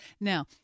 Now